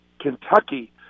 Kentucky